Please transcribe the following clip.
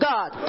God